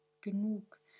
genug